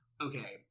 okay